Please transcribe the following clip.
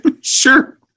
sure